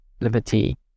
Liberty